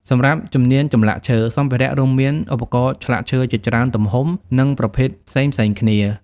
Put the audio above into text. សម្រាប់ជំនាញ ចម្លាក់ឈើ សម្ភារៈរួមមានឧបករណ៍ឆ្លាក់ឈើជាច្រើនទំហំនិងប្រភេទផ្សេងៗគ្នា។